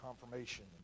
confirmation